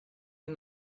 and